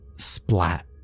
splat